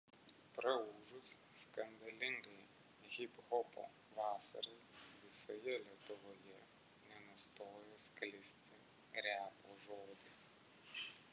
praūžus skandalingai hiphopo vasarai visoje lietuvoje nenustojo sklisti repo žodis